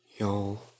Y'all